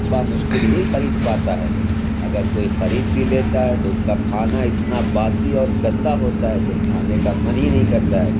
بامشکل ہی خرید پاتا ہے اگر کوئی خرید بھی لیتا ہے تو اُس كا كھانا اتنا باسی اور گندہ ہوتا ہے کہ کھانے کا من ہی نہیں کرتا ہے